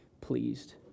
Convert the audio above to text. pleased